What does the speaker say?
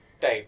time